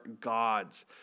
God's